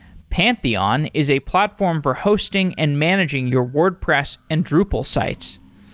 pantheon is a platform for hosting and managing your wordpress and drupal sites.